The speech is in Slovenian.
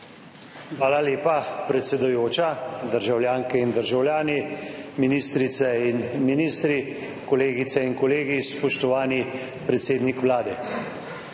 Hvala lepa, predsedujoča. Državljanke in državljani, ministrice in ministri, kolegice in kolegi, spoštovani predsednik Vlade!